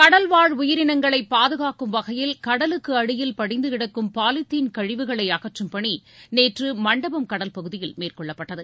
கடல்வாழ் உயிரினங்களை பாதுகாக்கும் வகையில் கடலுக்கு அடியில் படிந்து கிடக்கும் பாலிதீன் கழிவுகளை அகற்றும் பணி நேற்று மண்டபம் கடல் பகுதியில் மேற்கொள்ளப்பட்டது